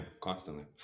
constantly